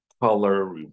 color